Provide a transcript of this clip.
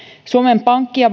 suomen pankki ja